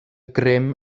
grym